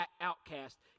outcast